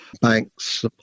banks